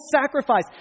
sacrifice